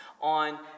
on